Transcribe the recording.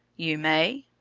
you may,